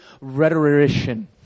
rhetorician